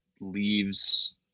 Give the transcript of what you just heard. leaves